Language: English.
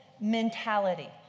mentality